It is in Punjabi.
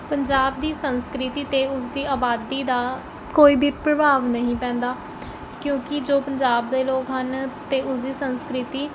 ਪੰਜਾਬ ਦੀ ਸੰਸਕ੍ਰਿਤੀ 'ਤੇ ਉਸਦੀ ਆਬਾਦੀ ਦਾ ਕੋਈ ਵੀ ਪ੍ਰਭਾਵ ਨਹੀਂ ਪੈਂਦਾ ਕਿਉਂਕਿ ਜੋ ਪੰਜਾਬ ਦੇ ਲੋਕ ਹਨ ਅਤੇ ਉਸਦੀ ਸੰਸਕ੍ਰਿਤੀ